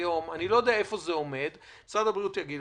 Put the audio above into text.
אני לא יודע איפה זה עומד, ומשרד הבריאות יגיד.